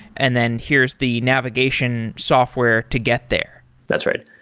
and then here's the navigation software to get there that's right.